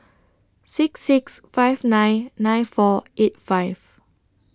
six six five nine nine four eight five